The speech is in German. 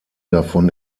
davon